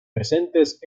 presentes